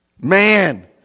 Man